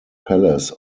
palace